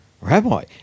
Rabbi